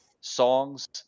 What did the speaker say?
songs